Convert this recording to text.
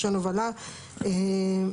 שמבחינתו מובן מאליו שזה חל גם על יבוא.